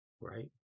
right